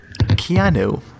Keanu